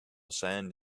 sand